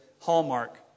hallmark